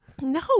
No